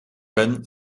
ben